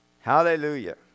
Hallelujah